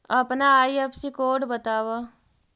अपना IFSC code बतावअ